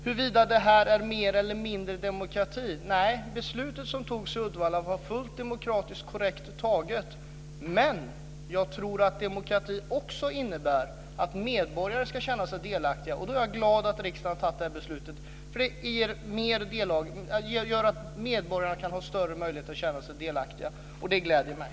Huruvida det här är mer eller mindre demokrati - ja, där kan jag bara säga: Nej, det beslut som fattades i Uddevalla var fullt demokratiskt och korrekt taget men jag tror att demokrati också innebär att medborgarna ska känna sig delaktiga. Därför är jag glad över riksdagens beslut. Det gör att medborgarna kan ha större möjligheter att känna sig delaktiga, vilket alltså gläder mig.